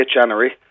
January